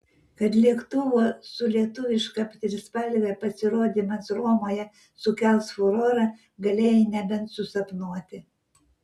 kad lėktuvo su lietuviška trispalve pasirodymas romoje sukels furorą galėjai nebent susapnuoti